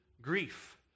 grief